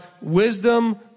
wisdom